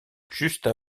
juste